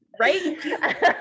right